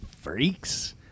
freaks